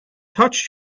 touched